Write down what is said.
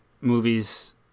movies